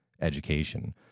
education